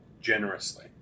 generously